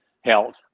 health